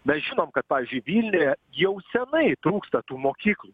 mes žinom kad pavyzdžiui vilniuje jau senai trūksta tų mokyklų